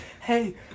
hey